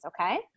Okay